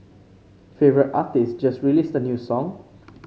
favourite artist just released a new song